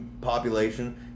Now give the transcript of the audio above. population